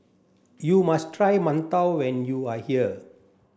you must try Mantou when you are here